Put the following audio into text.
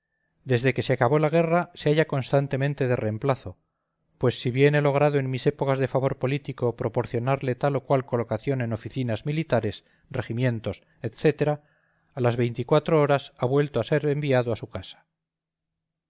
desde que se acabó la guerra se halla constantemente de reemplazo pues si bien he logrado en mis épocas de favor político proporcionarle tal o cual colocación en oficinas militares regimientos etc a las veinticuatro horas ha vuelto a ser enviado a su casa